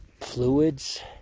fluids